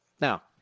Now